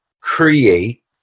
create